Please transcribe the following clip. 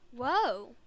Whoa